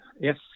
yes